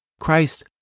Christ